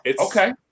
Okay